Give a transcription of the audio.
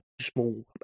small